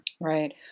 Right